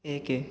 ଏକ